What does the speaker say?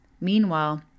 meanwhile